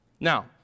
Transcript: Now